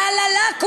(אומרת בערבית: